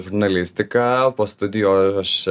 žurnalistiką po studijų aš